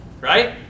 right